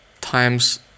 times